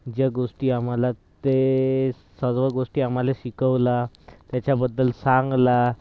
ज्या गोष्टी आम्हाला ते सर्व गोष्टी आम्हाला शिकवल्या त्याच्याबद्दल सांगला